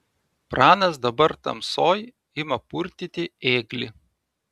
pranas dabar tamsoj ima purtyti ėglį